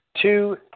two